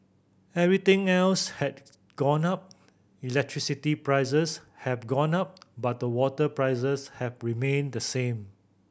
everything else has gone up electricity prices have gone up but the water prices have remained the same